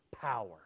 power